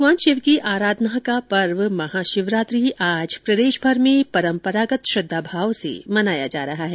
भगवान शिव की आराधना का पर्व महाशिवरात्रि आज प्रदेशभर में परम्परागत श्रद्वाभाव से मनाया जा रहा है